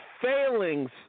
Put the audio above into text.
failings